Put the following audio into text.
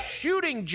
shooting